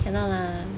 cannot lah